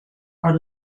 are